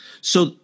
So-